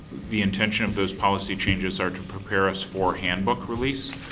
the intention of those policy changes are to prepare us for handbook release,